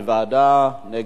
נגד, הסרה.